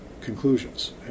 conclusions